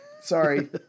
Sorry